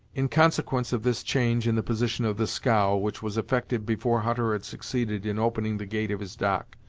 in consequence of this change in the position of the scow, which was effected before hutter had succeeded in opening the gate of his dock,